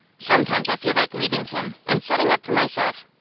sometimes i feel like leaving tim, and settin' up for myself.